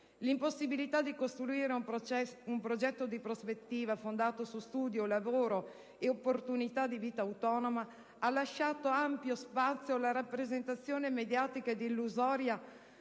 L'impossibilità di costruire un progetto di prospettiva fondato su studio, lavoro ed opportunità di vita autonoma ha lasciato ampio spazio alla rappresentazione mediatica ed illusoria